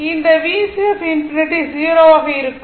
இங்கு VC ∞ 0 ஆக இருக்கும்